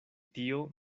tio